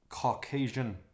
Caucasian